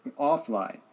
offline